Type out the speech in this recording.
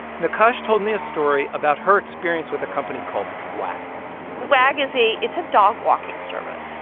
nakache told me a story about her experience with a company called wag wag is a it's a dog walking service.